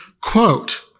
quote